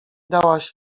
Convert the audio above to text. dałaś